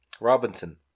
Robinson